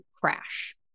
crash